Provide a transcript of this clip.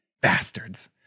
Bastards